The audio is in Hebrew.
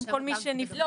בשם כל מי שנפגע.